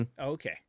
Okay